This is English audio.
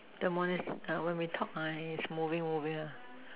the monitor when we talk ah is moving moving one